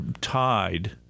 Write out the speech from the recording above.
tied